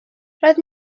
roedd